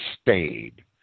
stayed